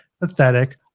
pathetic